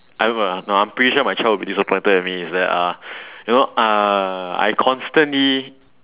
I will no but I'm pretty sure my child will be disappointed at me is that uh you know uh I constantly